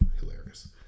Hilarious